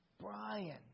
Brian